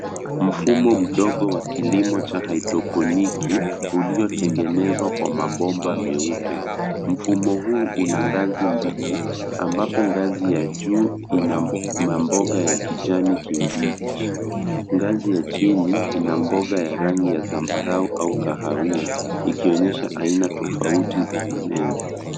Mfumo mdogo wa kilimo cha hydrophonic ,uliotengenezwa kwa mabomba meupe. Mfumo huu una ngazi mbili, ambapo ngazi ya juu ina maboga ya kijani kibichi. Ngazi ya chini, ina mboga ya rangi ya zambarau au kahawia, ikionyesha aina tofauti za mimea.